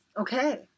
Okay